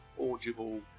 audible